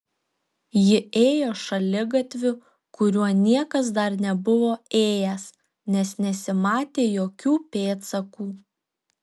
ji ėjo šaligatviu kuriuo niekas dar nebuvo ėjęs nes nesimatė jokių pėdsakų